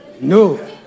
No